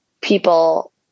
people